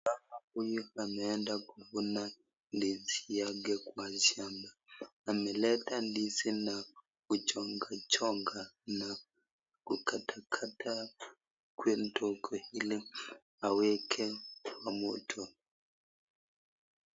Mkulima huyu amernda kufunwa ndizi yake kwa shamba ameleta ndizi na kuchoga chonga na kukatakata hi waweke Kwa moto.